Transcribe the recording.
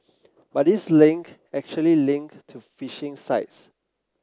but these link actually link to phishing sites